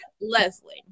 Leslie